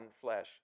flesh